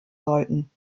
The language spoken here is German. sollten